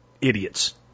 idiots